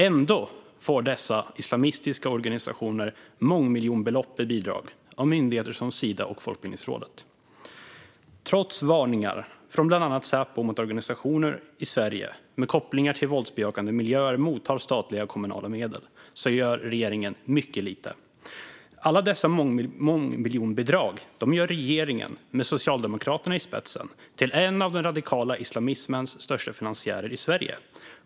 Ändå får dessa islamistiska organisationer mångmiljonbelopp i bidrag av myndigheter som Sida och Folkbildningsrådet. Trots varningar från bland annat Säpo om att organisationer i Sverige med kopplingar till våldsbejakande miljöer mottar statliga och kommunala medel gör regeringen mycket lite. Alla dessa mångmiljonbidrag gör regeringen, med Socialdemokraterna i spetsen, till en av den radikala islamismens största finansiärer i Sverige.